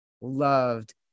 loved